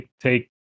Take